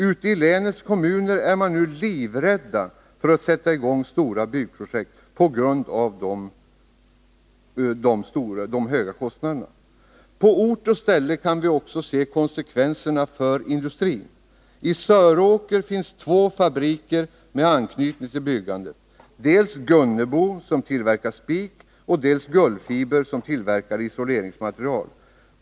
Ute i länets kommuner är man nu, på grund av de höga kostnaderna, livrädd för att sätta i gång stora byggprojekt. På ort och ställe kan vi också se konsekvenserna för industrin. I Söråker finns två fabriker med anknytning till byggandet — dels Gunnebo, som tillverkar spik, dels Gullfiber, som tillverkar isoleringsmaterial.